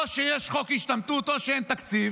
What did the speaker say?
או שיש חוק השתמטות או שאין תקציב.